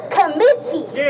committee